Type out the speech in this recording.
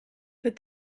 but